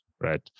right